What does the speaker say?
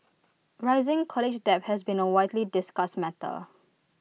rising college debt has been A widely discussed matter